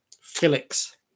Felix